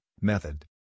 method